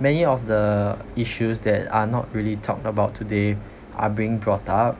many of the issues that are not really talked about today are being brought up